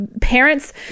parents